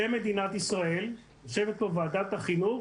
אתם מדינת ישראל, יושבת כאן ועדת החינוך,